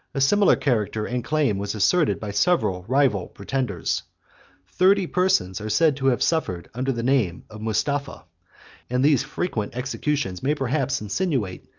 a similar character and claim was asserted by several rival pretenders thirty persons are said to have suffered under the name of mustapha and these frequent executions may perhaps insinuate,